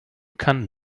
kann